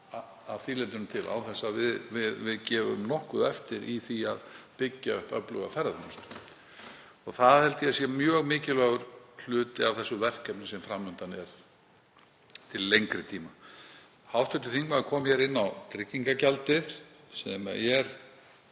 að því leytinu til, án þess að við gefum nokkuð eftir í því að byggja upp öfluga ferðaþjónustu. Það held ég að sé mjög mikilvægur hluti af því verkefni sem fram undan er til lengri tíma. Hv. þingmaður kom inn á tryggingagjaldið sem er